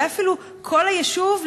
אולי אפילו כל היישוב,